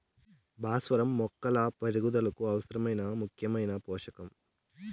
భాస్వరం మొక్కల పెరుగుదలకు అవసరమైన ముఖ్యమైన పోషకం